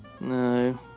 No